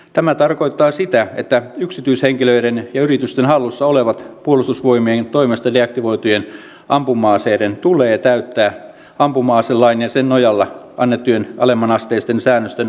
tämä tarkoittaa sitä että yksityishenkilöiden ja yritysten hallussa olevien puolustusvoimien toimesta deaktivoitujen ampuma aseiden tulee täyttää ampuma aselain ja sen nojalla annettujen alemmanasteisten säännösten asettamat vaatimukset